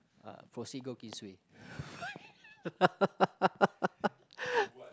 ah proceed go Queensway